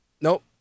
Nope